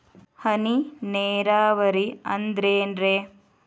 ಹನಿ ನೇರಾವರಿ ಅಂದ್ರೇನ್ರೇ?